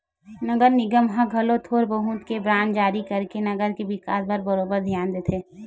नगर निगम ह घलो थोर बहुत के बांड जारी करके नगर के बिकास म बरोबर धियान देथे